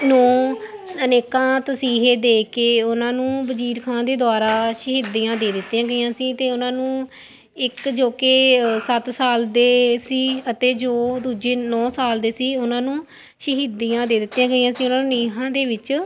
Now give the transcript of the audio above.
ਨੂੰ ਅਨੇਕਾਂ ਤਸੀਹੇ ਦੇ ਕੇ ਉਹਨਾਂ ਨੂੰ ਵਜ਼ੀਰ ਖਾਂ ਦੇ ਦੁਆਰਾ ਸ਼ਹੀਦੀਆਂ ਦੇ ਦਿੱਤੀਆਂ ਗਈਆਂ ਸੀ ਅਤੇ ਉਹਨਾਂ ਨੂੰ ਇੱਕ ਜੋ ਕਿ ਸੱਤ ਸਾਲ ਦੇ ਸੀ ਅਤੇ ਜੋ ਦੂਜੇ ਨੌ ਸਾਲ ਦੇ ਸੀ ਉਹਨਾਂ ਨੂੰ ਸ਼ਹੀਦੀਆਂ ਦੇ ਦਿੱਤੀਆਂ ਗਈਆਂ ਸੀ ਉਹਨਾਂ ਨੂੰ ਨੀਹਾਂ ਦੇ ਵਿੱਚ